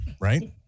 Right